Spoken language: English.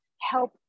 help